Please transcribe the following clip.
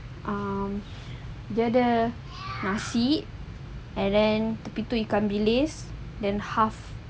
um dia ada nasi and then crispy ikan bilis then half